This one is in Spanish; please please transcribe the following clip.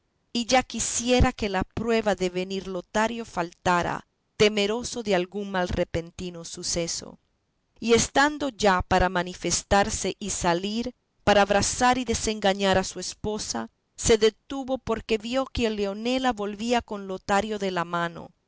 y ya quisiera que la prueba de venir lotario faltara temeroso de algún mal repentino suceso y estando ya para manifestarse y salir para abrazar y desengañar a su esposa se detuvo porque vio que leonela volvía con lotario de la mano